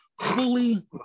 Fully